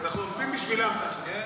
אנחנו עובדים בשבילם, תכלס.